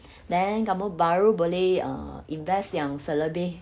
then kamu baru boleh uh invest yang selebih